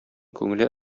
күңеле